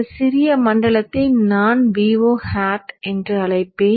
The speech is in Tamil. இந்த சிறிய மண்டலத்தை நான் Vo hat என்று அழைப்பேன்